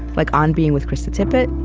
like on being with krista tippett,